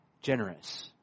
generous